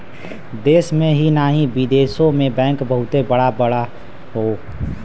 देश में ही नाही बिदेशो मे बैंक बहुते बड़ा बड़ा हौ